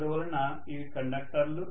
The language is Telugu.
అందువలన ఇవి కండక్టర్లు